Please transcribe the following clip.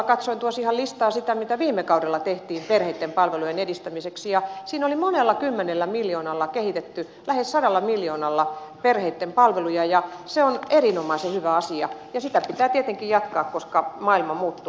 katsoin ihan listaa siitä mitä viime kaudella tehtiin perheitten palvelujen edistämiseksi ja siinä oli monella kymmenellä miljoonalla kehitetty lähes sadalla miljoonalla perheitten palveluja ja se on erinomaisen hyvä asia ja sitä pitää tietenkin jatkaa koska maailma muuttuu